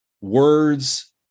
words